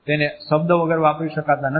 તેને શબ્દ વગર વાપરી શકાતા નથી